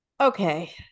Okay